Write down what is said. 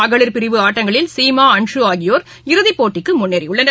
மகளிர் பிரிவு ஆட்டங்களில் சீமா அன்ஸு ஆகியோர் இறுதிப்போட்டிக்குமுன்னேறியுள்ளனர்